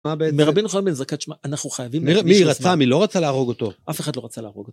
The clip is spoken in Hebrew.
מה בעצם? מרבי נכון בין זקת שמה אנחנו חייבים.. מי רצה? מי לא רצה להרוג אותו? אף אחד לא רצה להרוג אותו